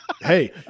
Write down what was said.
Hey